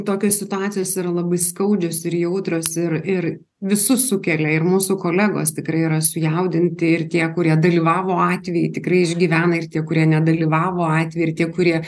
tokios situacijos yra labai skaudžios ir jautrios ir ir visus sukelia ir mūsų kolegos tikrai yra sujaudinti ir tie kurie dalyvavo atvejy tikrai išgyvena ir tie kurie nedalyvavo atvejy ir tie kurie